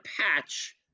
patch